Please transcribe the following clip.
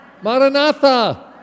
Maranatha